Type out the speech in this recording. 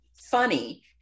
funny